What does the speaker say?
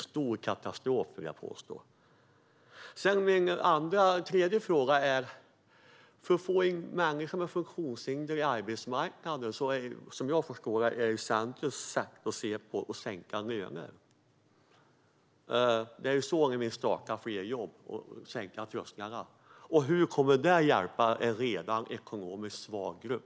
Jag vill påstå att det var en stor katastrof. För att få in människor med funktionshinder på arbetsmarknaden vill Centern sänka lönerna. Det är så ni vill få fler jobb och sänka trösklarna. Hur kommer det att hjälpa en redan svag ekonomisk grupp?